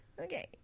Okay